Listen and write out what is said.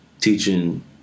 teaching